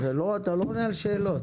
אתה לא עונה על השאלות.